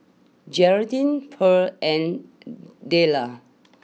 Geraldine Pearl and Dillan